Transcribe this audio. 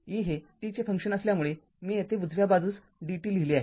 e हे t चे function असल्यामुळे मी येथे उजव्या बाजूस dt लिहिले आहे